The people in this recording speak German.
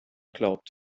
glaubt